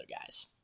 guys